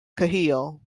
cahill